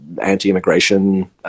anti-immigration